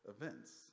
events